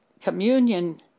communion